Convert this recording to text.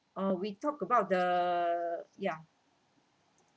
uh we talked about the ya